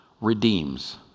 Redeems